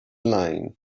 lane